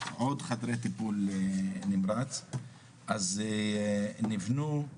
עוד חדרי טיפול נמרץ אז נבנו,